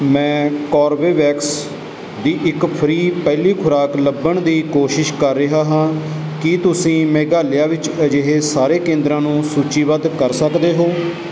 ਮੈਂ ਕੋਰਬੇਵੈਕਸ ਦੀ ਇੱਕ ਫ੍ਰੀ ਪਹਿਲੀ ਖੁਰਾਕ ਲੱਭਣ ਦੀ ਕੋਸ਼ਿਸ਼ ਕਰ ਰਿਹਾ ਹਾਂ ਕੀ ਤੁਸੀਂ ਮੇਘਾਲਿਆ ਵਿੱਚ ਅਜਿਹੇ ਸਾਰੇ ਕੇਂਦਰਾਂ ਨੂੰ ਸੂਚੀਬੱਧ ਕਰ ਸਕਦੇ ਹੋ